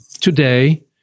Today